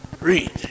Read